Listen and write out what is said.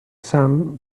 sun